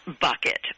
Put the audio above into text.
Bucket